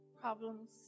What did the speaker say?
problems